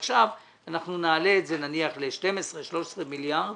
עכשיו נעלה את זה נניח ל-12,13 מיליארד,